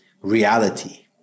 reality